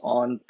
on